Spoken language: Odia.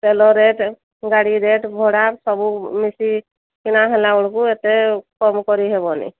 ତେଲ ରେଟ୍ ଗାଡ଼ି ରେଟ୍ ଭଡ଼ା ସବୁ ମିଶି କିଣା ହେଲାବେଳକୁ ଏତେ କମ କରିହେବନି